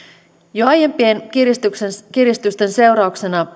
jo aiempien kiristysten seurauksena